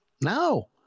No